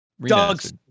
dogs